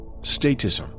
statism